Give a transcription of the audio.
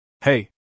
Hey